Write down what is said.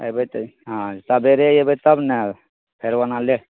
अएबै तऽ हँ सबेरे अएबै तब ने फेरो ओना ले